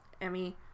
Emmy